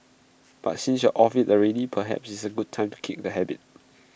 but since you are off IT already perhaps IT is A good time to kick the habit